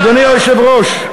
אדוני היושב-ראש,